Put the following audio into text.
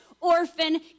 Orphan